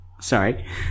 Sorry